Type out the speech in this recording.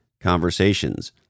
conversations